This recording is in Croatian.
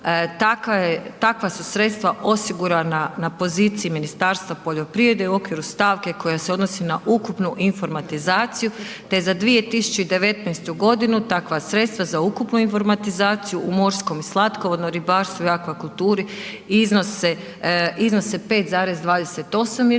Takva su sredstva osigurana na poziciji Ministarstva poljoprivrede u okviru stavke koja se odnosi na ukupnu informatizaciju te za 2019. godinu takva sredstva za ukupnu informatizaciju u morskom i slatkovodnom ribarstvu i aqua kulturi. Iznos je je 5,28 milijuna